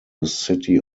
city